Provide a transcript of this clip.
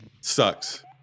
Sucks